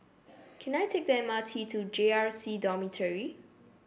can I take the M R T to J R C Dormitory